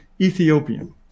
Ethiopian